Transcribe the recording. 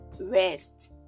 rest